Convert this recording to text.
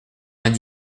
vingt